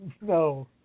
No